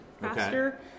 faster